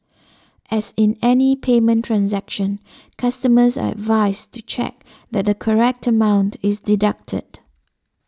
as in any payment transaction customers are advised to check that the correct amount is deducted